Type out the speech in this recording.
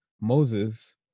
Moses